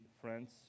friends